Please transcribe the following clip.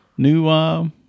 New